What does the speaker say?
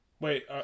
wait